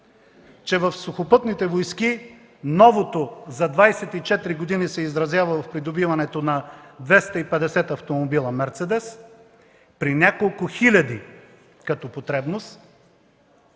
че в Сухопътните войски новото за 24 години се изразява в придобиване на 250 автомобила „Мерцедес“, при няколко хиляди като потребност,